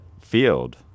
field